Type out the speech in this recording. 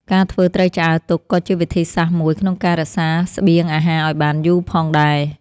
ការធ្វើត្រីឆ្អើរទុកក៏ជាវិធីសាស្ត្រមួយក្នុងការរក្សាស្បៀងអាហារឱ្យបានយូរផងដែរ។